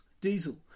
diesel